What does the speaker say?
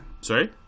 Sorry